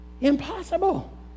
impossible